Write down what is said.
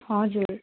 हजुर